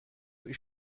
ich